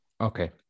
Okay